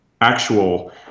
actual